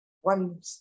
one